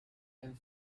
and